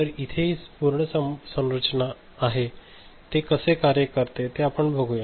तर इथे हि पूर्ण संरचना आहे ते कसे कार्य करते ते आपण बघूया